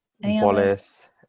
Wallace